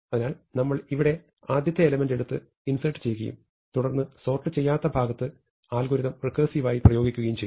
അതിനാൽ നമ്മൾ ഇവിടെ ആദ്യത്തെ എലെമെന്റ് എടുത്ത് ഇൻസേർട് ചെയ്യുകയും തുടർന്ന് സോർട്ട് ചെയ്യാത്ത ഭാഗത്ത് അൽഗോരിതം റെക്കേർസിവ് ആയി പ്രയോഗിക്കുകയും ചെയ്യുന്നു